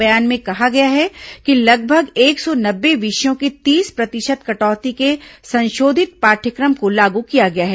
बयान में कहा गया है कि लगभग एक सौ नब्बे विषयों के तीस प्रतिशत कटौती के संशोधित पाठ्यक्रम को लागू किया गया है